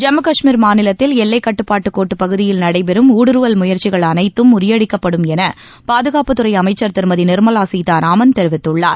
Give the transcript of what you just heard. ஜம்மு கஷ்மீர் மாநிலத்தில் எல்லை கட்டுப்பாட்டு கோட்டுப் பகுதியில் நடைபெறும் ஊடுருவல் முயற்சிகள் அனைத்தும் முறியடிக்கப்படும் என பாதுகாப்புத்துறை அமைச்சர் திருமதி நிர்மலா சீதாராமன் தெரிவித்துள்ளார்